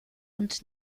und